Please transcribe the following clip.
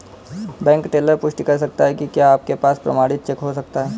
Bank teller पुष्टि कर सकता है कि क्या आपके पास प्रमाणित चेक हो सकता है?